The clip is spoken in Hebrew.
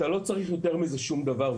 ואתה לא צריך יותר מזה שום דבר,